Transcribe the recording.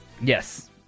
Yes